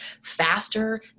faster